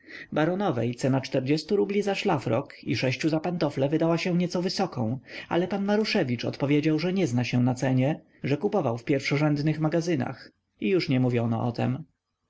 sprawunek baronowej cena tu rubli za szlafrok i ciu za pantofle wydała się nieco wysoką ale pan maruszewicz odpowiedział że nie zna się na cenie że kupował w pierwszorzędnych magazynach i już nie mówiono o tem